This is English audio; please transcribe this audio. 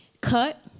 cut